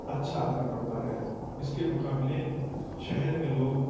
اچھا اثر پڑتا ہے اس کے مقابلے شہر میں لوگ